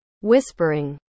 Whispering